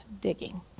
digging